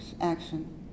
action